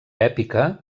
èpica